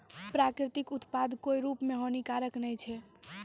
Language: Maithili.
प्राकृतिक उत्पाद कोय रूप म हानिकारक नै होय छै